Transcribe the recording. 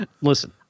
Listen